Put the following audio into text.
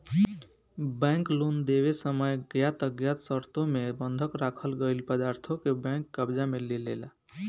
bank loan देवे समय ज्ञात अज्ञात शर्तों मे बंधक राखल गईल पदार्थों के बैंक कब्जा में लेलेला